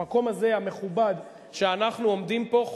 המקום הזה המכובד שאנחנו עומדים פה,